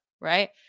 right